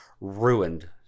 ruined